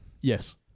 Yes